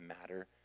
matter